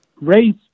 race